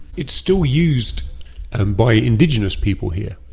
it's still used and by indigenous people here.